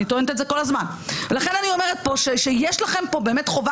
אני טוענת את זה כל הזמן שיש לכם פה באמת חובה